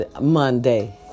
Monday